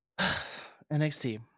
NXT